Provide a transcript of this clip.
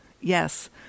yes